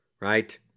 right